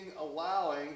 allowing